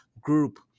group